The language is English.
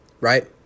right